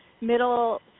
middle